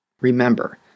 Remember